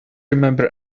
remember